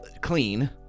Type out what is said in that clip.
clean